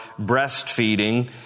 breastfeeding